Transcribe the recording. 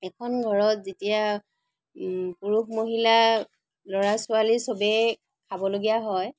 এখন ঘৰত যেতিয়া পুৰুষ মহিলা ল'ৰা ছোৱালী চবেই খাবলগীয়া হয়